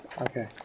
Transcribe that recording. Okay